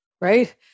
Right